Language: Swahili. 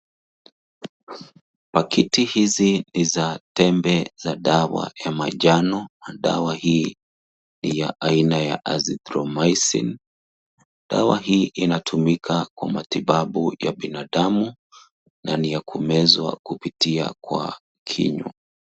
Pakiti hizi ni za tembe za dawa ya manjano na dawa hii ni ya aina ya Azithromycin . Dawa hii inatumika kwa matibabu ya binadamu na ni ya kumezwa kupitia kwa kinywa.